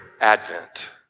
Advent